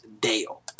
Dale